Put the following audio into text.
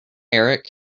erik